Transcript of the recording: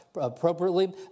appropriately